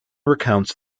recounts